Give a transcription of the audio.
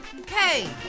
Okay